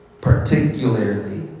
particularly